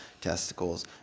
testicles